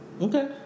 Okay